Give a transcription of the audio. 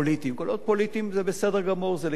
קולות פוליטיים זה בסדר גמור, זה לגיטימי,